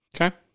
okay